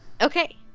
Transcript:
Okay